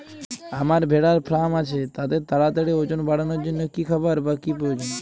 আমার ভেড়ার ফার্ম আছে তাদের তাড়াতাড়ি ওজন বাড়ানোর জন্য কী খাবার বা কী প্রয়োজন?